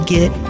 Get